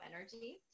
energy